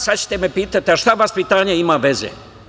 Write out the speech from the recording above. Sada ćete me pitati – a šta vaspitanje ima veze?